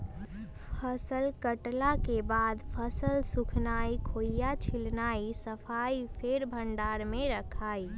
फसल कटला के बाद फसल सुखेनाई, खोइया छिलनाइ, सफाइ, फेर भण्डार में रखनाइ